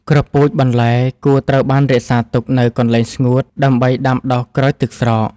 គ្រាប់ពូជបន្លែគួរត្រូវបានរក្សាទុកនៅកន្លែងស្ងួតដើម្បីដាំដុះក្រោយទឹកស្រក។